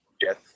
Death